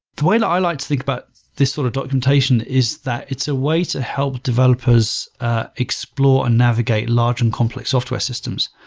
the way that i'd like to think about but this sort of documentation is that it's a way to help developers ah explore and navigate large and complex software systems.